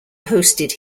hosted